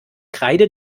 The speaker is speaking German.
kreide